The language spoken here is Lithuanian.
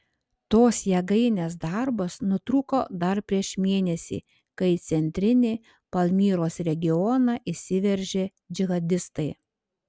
tos jėgainės darbas nutrūko dar prieš mėnesį kai į centrinį palmyros regioną įsiveržė džihadistai